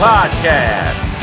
Podcast